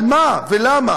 על מה ולמה?